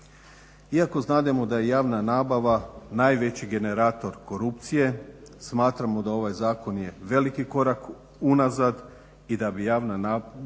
Iako znademo da je javna nabava najveći generator korupcije smatramo da ovaj zakon je veliki korak unazad i da bi javna nabava